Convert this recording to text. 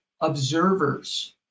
observers